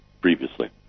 previously